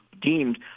deemed